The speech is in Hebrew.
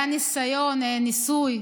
היה ניסוי,